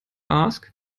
ask